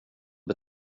att